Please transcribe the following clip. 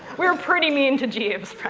we're pretty mean to jeeves,